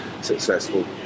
successful